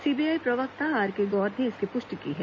CBI प्रवक्ता आर के गौर ने इसकी पुष्टि की है